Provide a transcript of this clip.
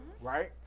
right